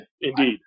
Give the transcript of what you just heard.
indeed